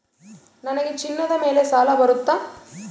ನನಗೆ ಚಿನ್ನದ ಮೇಲೆ ಸಾಲ ಬರುತ್ತಾ?